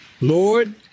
Lord